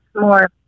more